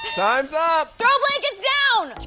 time's up! throw blankets down.